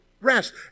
rest